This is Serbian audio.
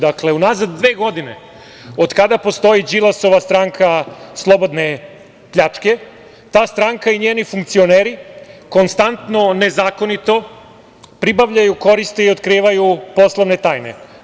Dakle, unazad dve godine od kada postoji Đilasova stranka slobodne pljačke, ta stranka i njeni funkcioneri konstantno nezakonito pribavljaju, koriste i otkrivaju poslovne tajne.